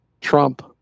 Trump